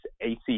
AC